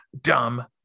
Dumb